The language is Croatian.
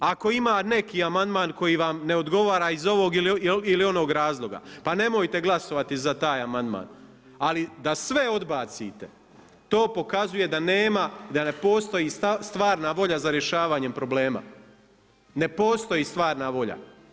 Ako ima neki amandman koji vam ne odgovara iz ovog ili onog razloga pa nemojte glasovati za taj amandman ali da sve odbacite to pokazuje da nema, da ne postoji stvarna volja za rješavanjem problema, ne postoji stvarna volja.